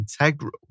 integral